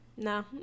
No